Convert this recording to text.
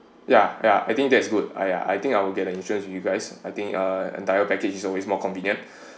ya ya I think that's good I I think I will get the insurance with you guys I think uh entire package is always more convenient